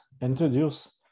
introduce